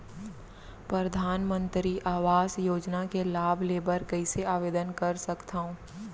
परधानमंतरी आवास योजना के लाभ ले बर कइसे आवेदन कर सकथव?